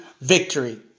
victory